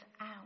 out